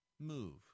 Move